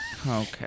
Okay